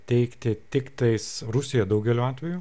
teikti tik tais rusija daugeliu atvejų